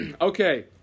Okay